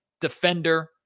defender